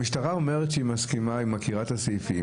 המשטרה אומרת שהיא מכירה את הסעיפים,